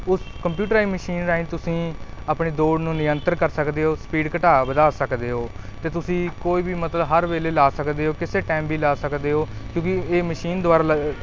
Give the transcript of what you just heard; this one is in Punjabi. ਉਸ ਕੰਪਿਊਟਰ ਰਾਹੀਂ ਮਸ਼ੀਨ ਰਾਹੀਂ ਤੁਸੀਂ ਆਪਣੀ ਦੌੜ ਨੂੰ ਨਿਯੰਤਰ ਕਰ ਸਕਦੇ ਹੋ ਸਪੀਡ ਘਟਾ ਵਧਾ ਸਕਦੇ ਹੋ ਅਤੇ ਤੁਸੀਂ ਕੋਈ ਵੀ ਮਤਲਬ ਹਰ ਵੇਲੇ ਲਾ ਸਕਦੇ ਹੋ ਕਿਸੇ ਟਾਈਮ ਵੀ ਲਾ ਸਕਦੇ ਹੋ ਕਿਉਂਕਿ ਇਹ ਮਸ਼ੀਨ ਦੁਆਰਾ ਲਾਈ